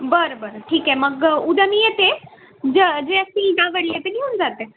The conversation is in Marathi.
बरं बरं ठीक आहे मग उद्या मी येते ज जे असतील त्यावेळला ते घेऊन जाते